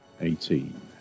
eighteen